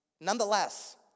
nonetheless